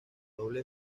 doble